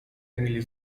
emil